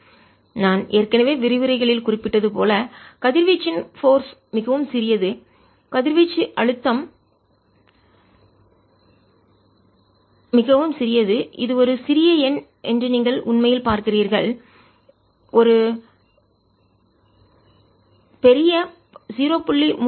70×10 6 N நான் ஏற்கனவே விரிவுரைகளில் குறிப்பிட்டது போல கதிர்வீச்சின் போர்ஸ் சக்தி மிகவும் சிறியது கதிர்வீச்சு அழுத்தம் மிகவும் சிறியது இது ஒரு சிறிய எண் என்று நீங்கள் உண்மையில் பார்க்கிறீர்கள் ஒரு பெரிய 0